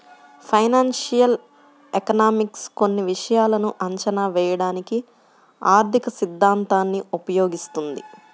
financial economics కొన్ని విషయాలను అంచనా వేయడానికి ఆర్థికసిద్ధాంతాన్ని ఉపయోగిస్తుంది